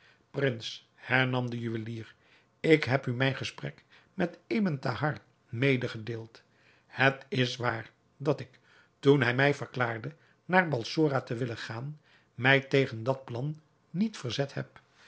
prins hernam de juwelier ik heb u mijn gesprek met ebn thahar medegedeeld het is waar dat ik toen hij mij verklaarde naar balsora te willen gaan mij tegen dat plan niet verzet heb